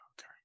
okay